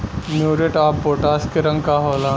Muriate of potash के रंग का होला?